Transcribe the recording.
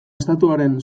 estatuaren